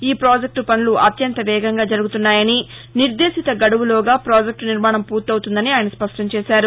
ఈ ప్రాజెక్లు పనులు అత్యంత వేగంగా జరుగుతున్నాయని నిర్దేశిత గడువులోగా పాజెక్టు నిర్మాణం పూర్తవుతుందని ఆయన స్పష్టం చేశారు